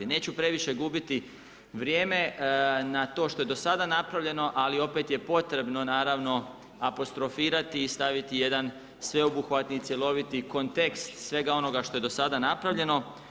Neću previše gubiti vrijeme na to što je do sada napravljeno, ali opet je potrebno, naravno, apostrofirati i staviti jedan sveobuhvatni cjeloviti kontekst svega onoga što je do sada napravljeno.